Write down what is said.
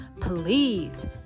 please